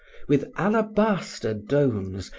with alabaster domes,